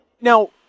Now